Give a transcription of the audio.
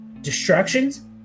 distractions